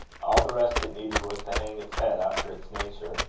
all the rest it needed was to hang its head after its nature.